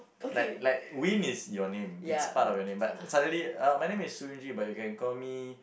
like like Win is your name it's part of your name but suddenly my name is but you can call me